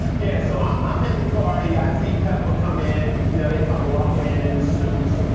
yeah, so, i'm i'm at the party. i see peppa come in. you know, they come walking in in the suits.